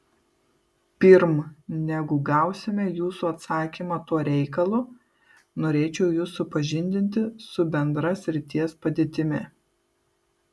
pirm negu gausime jūsų atsakymą tuo reikalu norėčiau jus supažindinti su bendra srities padėtimi